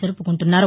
జరుపుకుంటున్నారు